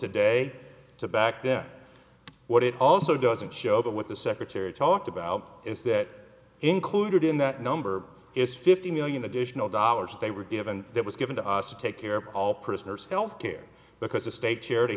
today to back then what it also doesn't show that what the secretary talked about is that included in that number is fifty million additional dollars they were given that was given to us to take care of all prisoners health care because a state charity